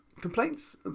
complaints